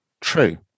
True